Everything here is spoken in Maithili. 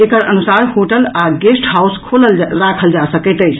एकर अनुसार होटल आ गेस्ट हाउस खोलल राखल जा सकैत अछि